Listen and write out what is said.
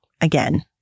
again